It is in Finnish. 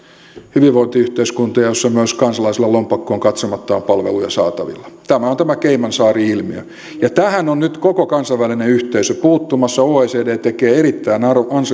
hyvinvointiyhteiskuntia joissa myös kansalaisilla lompakkoon katsomatta on palveluja saatavilla tämä on tämä caymansaari ilmiö ja tähän on nyt koko kansainvälinen yhteisö puuttumassa oecd tekee erittäin